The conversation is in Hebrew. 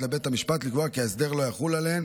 לבית המשפט לקבוע כי ההסדר לא יחול עליהן,